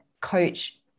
coach